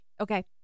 Okay